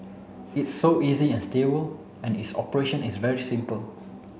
it's so easy and stable and its operation is very simple